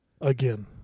again